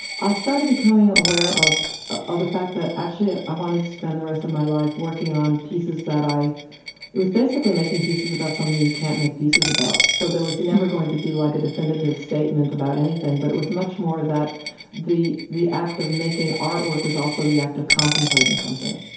i started becoming aware of ah of the fact that actually ah i wanted to spend the rest of my life working on pieces that i it was basically making pieces about something you can't make pieces about. so there was never going to be like a definitive statement about anything, but it was much more that the the act of making artwork was also the act of contemplating something.